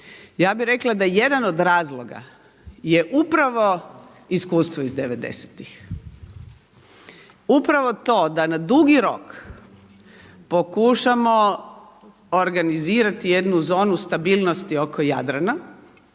Ja bih rekla da jedan od razloga je upravo iskustvo iz devedesetih, upravo to da na dugi rok pokušamo organizirati jednu zonu stabilnosti oko Jadrana